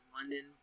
London